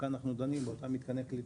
כאן אנו דנים באותם מתקני קליטה.